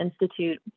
Institute